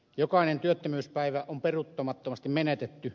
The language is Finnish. jokainen työttömyyspäivä on peruuttamattomasti menetetty